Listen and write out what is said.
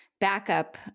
backup